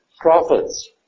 prophets